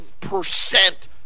percent